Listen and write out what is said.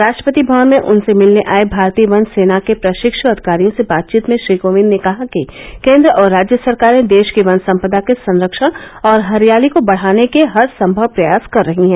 राष्ट्रपति भवन में उनसे मिलने आए भारतीय वन सेना के प्रशिक्ष्म अधिकारियों से बातचीत में कोविंद ने कहा कि केन्द्र और राज्य सरकारें देश की वन सम्पदा के संरक्षण और हरियाली को बढाने के हरसंभव प्रयास कर रही हैं